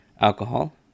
alcohol